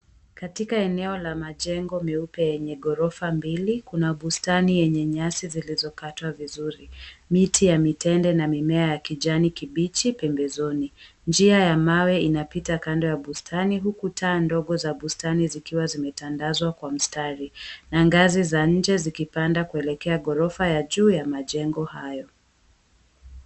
Katika eneo la majengo meupe yenye gorofa mbili, kuna bustani yenye nyasi zilizokatwa vizuri. Miti ya mitende na mimea ya kijani kibichi pembezoni. Njia ya mawe inapita kando ya bustani, huku taa ndogo za bustani zikiwa zimetandazwa kwa mstari na ngazi za nje zikipanda kuelekea ghorofa ya juu ya majengo hayo.